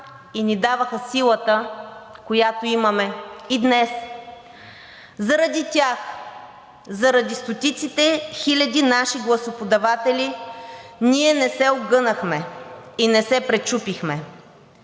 и ни даваха силата, която имаме и днес. Заради тях, заради стотиците хиляди наши гласоподаватели, ние не се огънахме и не се пречупихме.